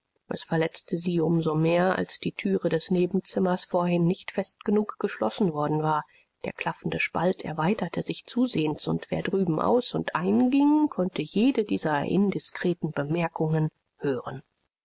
es verletzte sie um so mehr als die thüre des nebenzimmers vorhin nicht fest genug geschlossen worden war der klaffende spalt erweiterte sich zusehends und wer drüben aus und ein ging konnte jede dieser indiskreten bemerkungen hören